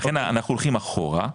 לכן אנחנו הולכים אחורה,